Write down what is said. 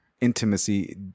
intimacy